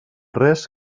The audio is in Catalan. res